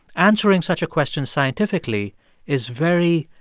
answering such a question scientifically is very,